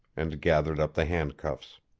and gathered up the handcuffs.